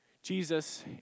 Jesus